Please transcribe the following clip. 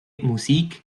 musik